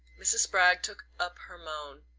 mrs. spragg took up her moan.